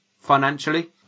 financially